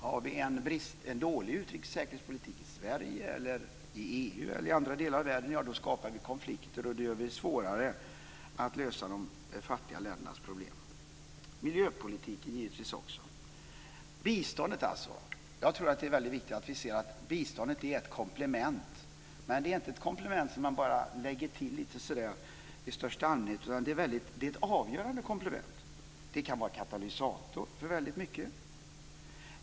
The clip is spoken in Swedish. Har vi en dålig utrikes och säkerhetspolitik i Sverige, i EU eller i andra delar av världen skapar vi konflikter, och då gör vi det svårare att lösa de fattiga ländernas problem. Det gäller givetvis också miljöpolitiken. Jag tror att det är väldigt viktigt att vi ser att biståndet är ett komplement. Men det är inte ett komplement som man bara lägger till i största allmänhet, utan det är ett avgörande komplement. Det kan vara katalysator för väldigt mycket.